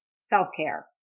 self-care